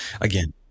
Again